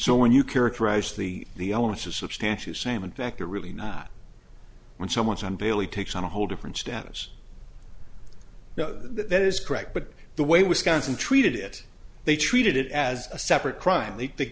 so when you characterize the the elements of substantially the same in fact are really not when someone's on daily takes on a whole different status that is correct but the way wisconsin treated it they treated it as a separate crime they